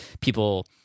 people